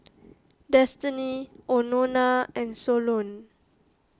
Destiny Anona and Solon